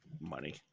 Money